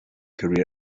career